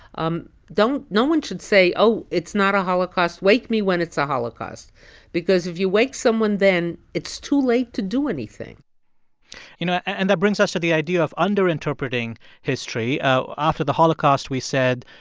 um don't no one should say, oh, it's not a holocaust. wake me when it's a holocaust because if you wake someone then, it's too late to do anything you know, and that brings us to the idea of under-interpreting history. after the holocaust, we said,